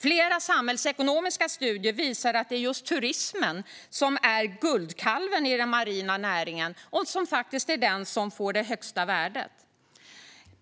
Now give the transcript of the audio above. Flera samhällsekonomiska studier visar att det är just turismen som är guldkalven i den marina näringen och som får det högsta värdet.